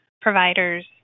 providers